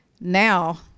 Now